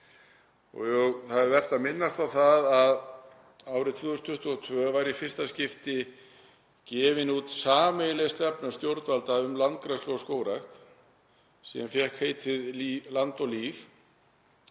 Það er vert að minnast á það að árið 2022 var í fyrsta skipti gefin út sameiginleg stefna stjórnvalda um landgræðslu og skógrækt sem fékk heitið Land og líf.